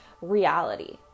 reality